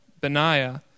Benaiah